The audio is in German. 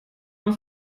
man